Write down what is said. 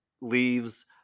leaves